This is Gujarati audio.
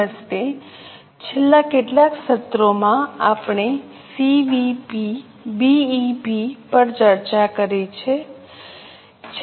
નમસ્તે છેલ્લા કેટલાક સત્રોમાં આપણે સીવીપી બીઈપી પર ચર્ચા કરી છે